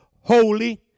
holy